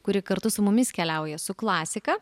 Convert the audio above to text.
kuri kartu su mumis keliauja su klasika